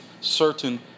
certain